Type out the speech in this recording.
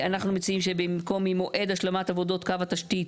אנחנו מציעים שבמקום "ממועד השלמת עבודות קו התשתית"